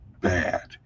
Bad